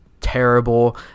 terrible